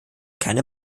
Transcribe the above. keine